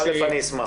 א', אני אשמח.